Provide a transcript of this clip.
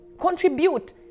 Contribute